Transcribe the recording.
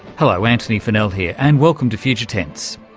hello, antony funnell here, and welcome to future tense.